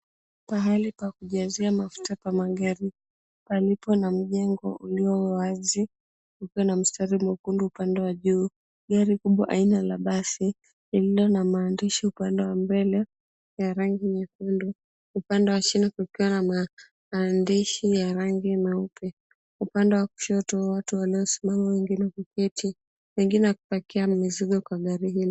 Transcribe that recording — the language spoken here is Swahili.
Pahali pa kujazia mafuta kwa magari, palipo na mjengo ulio wazi, ukiwa na mistari mwekundu upande wa juu. Gari kubwa aina la basi lililo na maandishi upande wa mbele, ya rangi nyekundu. Upande wa chini kukiwa na maandishi ya rangi mweupe. Upande wa kushoto watu waliosimama na wengine kuketi, wengine wakipakia mizigo kwa gari hilo.